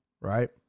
right